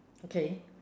okay